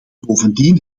bovendien